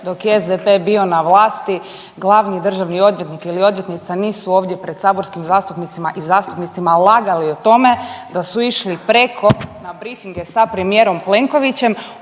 dok je SDP bio na vlasti glavni državni odvjetnik ili odvjetnica nisu ovdje pred saborskim zastupnicama i zastupnicima lagali o tome da su išli preko na brifinge sa premijerom Plenkovićem